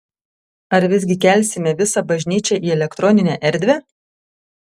ar visgi kelsime visą bažnyčią į elektroninę erdvę